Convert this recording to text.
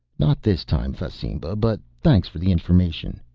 not this time, fasimba, but thanks for the information.